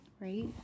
right